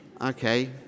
Okay